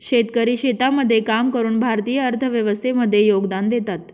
शेतकरी शेतामध्ये काम करून भारतीय अर्थव्यवस्थे मध्ये योगदान देतात